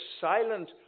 silent